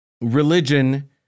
religion